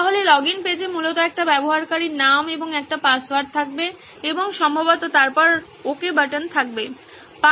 সুতরাং লগইন পেজে মূলত একটি ব্যবহারকারীর নাম এবং একটি পাসওয়ার্ড থাকবে এবং সম্ভবত তারপর ওকে বাটন থাকবে